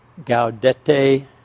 Gaudete